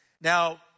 Now